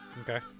Okay